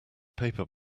paper